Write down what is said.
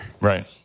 Right